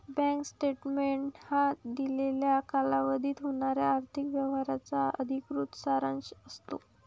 bank statement हा दिलेल्या कालावधीत होणाऱ्या आर्थिक व्यवहारांचा अधिकृत सारांश असतो